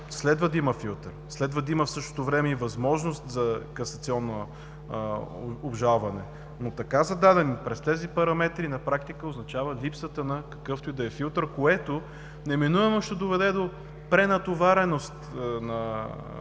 следва да има филтър, следва да има в същото време и възможност за касационно обжалване. Но така зададени през тези параметри на практика означава липсата на какъвто и да е филтър, което неминуемо ще доведе до пренатовареност на